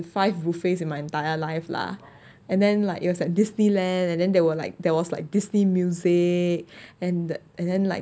five buffets in my entire life lah and then like it was like disneyland and then they were like there was like Disney music and and then like